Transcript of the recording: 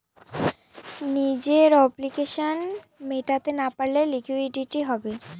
নিজের অব্লিগেশনস মেটাতে না পারলে লিকুইডিটি হবে